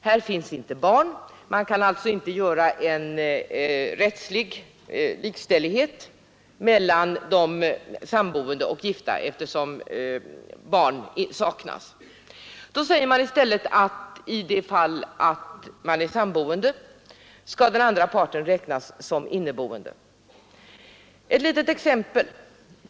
Här kan man inte ha en rättslig likställighet mellan samboende och gifta, eftersom barn saknas. Då säger man i stället att i fall av samboende skall den ena parten räknas som inneboende. Ett litet exempel.